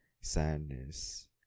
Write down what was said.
sadness